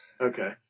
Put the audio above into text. Okay